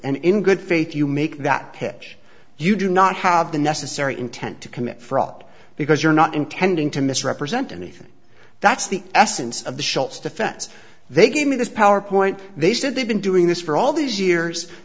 and in good faith you make that pitch you do not have the necessary intent to commit fraud because you're not intending to misrepresent anything that's the essence of the shops defense they gave me this power point they said they've been doing this for all these years